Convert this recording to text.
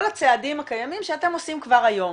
הצעדים הקיימים שאתם עושים כבר היום